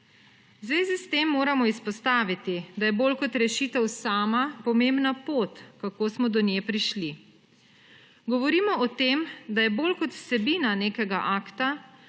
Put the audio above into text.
zvezi s tem moramo izpostaviti, da je bolj kot rešitev sama pomembna pot, kako smo do nje prišli. Govorimo o tem, da je bolj kot vsebina nekega akta